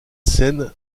scène